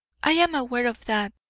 i am aware of that,